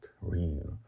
real